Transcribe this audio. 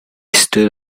stood